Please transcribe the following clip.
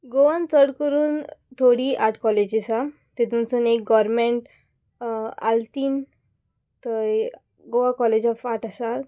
गोवान चड करून थोडी आर्ट कॉलेजी आसा तेतूनसून एक गोरमेंट आल्तीन थंय गोवा कॉलेज ऑफ आर्ट आसा